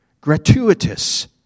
Gratuitous